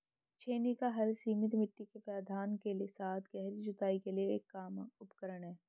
छेनी का हल सीमित मिट्टी के व्यवधान के साथ गहरी जुताई के लिए एक आम उपकरण है